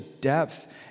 depth